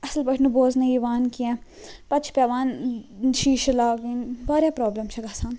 اصٕل پٲٹھۍ نہٕ بوزنہٕ یوان کیٚنٛہہ پَتہٕ چھُ پیٚوان شیٖشہ لاگُن واریاہ پرٛابلم چھِ گَژھان